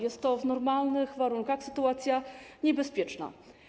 Jest to w normalnych warunkach sytuacja niebezpieczna.